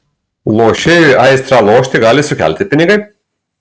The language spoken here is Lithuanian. lošėjui aistrą lošti gali sukelti pinigai